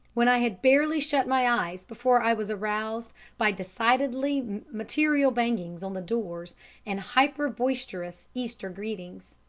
when i had barely shut my eyes before i was aroused by decidedly material bangings on the doors and hyper-boisterous easter greetings.